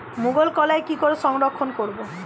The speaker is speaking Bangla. মুঘ কলাই কি করে সংরক্ষণ করব?